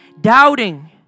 doubting